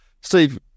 Steve